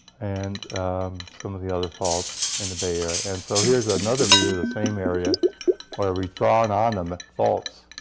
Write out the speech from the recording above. and some of the other faults in the bay area. and so here's another view of the same area where we've drawn on and the faults.